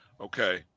okay